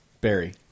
Barry